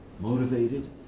Motivated